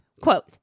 Quote